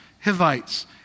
Hivites